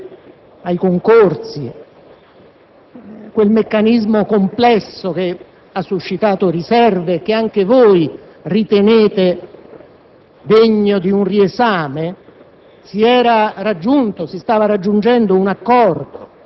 Governo. Sul decreto che si riferisce ai concorsi, su quel meccanismo complesso che ha suscitato riserve e che anche voi ritenete